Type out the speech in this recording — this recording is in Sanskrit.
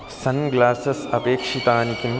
सन् ग्लासस् अपेक्षितानि किम्